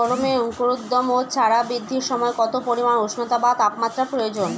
গমের অঙ্কুরোদগম ও চারা বৃদ্ধির সময় কত পরিমান উষ্ণতা বা তাপমাত্রা প্রয়োজন?